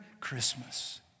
Christmas